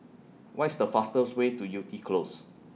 What IS The fastest Way to Yew Tee Close